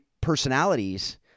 personalities